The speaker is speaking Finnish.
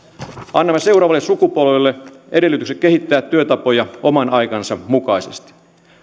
annetaan seuraaville sukupolville edellytykset kehittää työntekotapoja oman aikansa mukaisesti